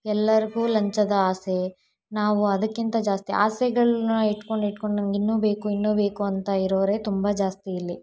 ಎಲ್ಲರಿಗೂ ಲಂಚದ ಆಸೆ ನಾವು ಅದಕ್ಕಿಂತ ಜಾಸ್ತಿ ಆಸೆಗಳನ್ನ ಇಟ್ಕೊಂಡು ಇಟ್ಕೊಂಡು ನಮಗೆ ಇನ್ನೂ ಬೇಕು ಇನ್ನೂ ಬೇಕು ಅಂತ ಇರೋವ್ರೇ ತುಂಬ ಜಾಸ್ತಿ ಇಲ್ಲಿ